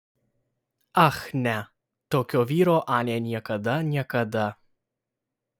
ach ne tokio vyro anė niekada niekada